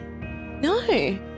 No